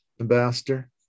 ambassador